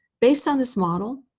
based on this model,